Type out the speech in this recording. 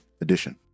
edition